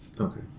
Okay